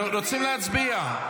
אנחנו רוצים להצביע.